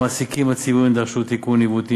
המעסיקים הציבוריים דרשו תיקון עיוותים